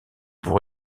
pour